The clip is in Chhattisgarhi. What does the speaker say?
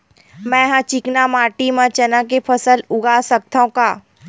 मै ह चिकना माटी म चना के फसल उगा सकथव का?